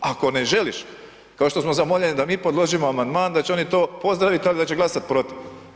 Ako ne želiš, kao što smo zamoljeni da mi predložimo amandman da će oni to pozdraviti ali da će glasati protiv.